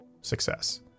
success